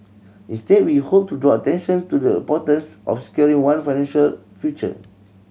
instead we hoped to draw attention to the importance of securing one financial future